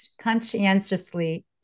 conscientiously